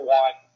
one